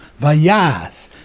Vayas